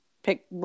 Pick